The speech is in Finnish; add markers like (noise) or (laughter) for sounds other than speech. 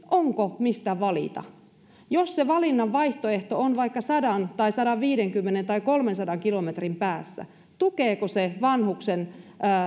(unintelligible) onko mistä valita jos se valinnan vaihtoehto on vaikka sadan tai sadanviidenkymmenen tai kolmensadan kilometrin päässä tukeeko se vanhuksen